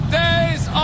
days